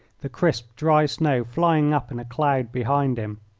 the crisp, dry snow flying up in a cloud behind him.